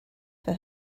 for